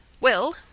Well